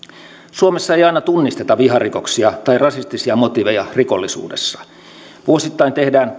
suomessa ei aina tunnisteta viharikoksia tai rasistisia motiiveja rikollisuudessa vuosittain tehdään